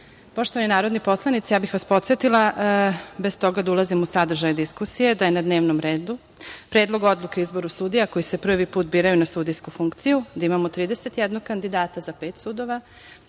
narodni poslanici, ja bih vas podsetila bez toga da ulazim u sadržaj diskusije da je na dnevnom redu Predlog odluke o izboru sudija koji se prvi put biraju na sudijsku funkciju, da imamo 31 kandidata za pet sudova,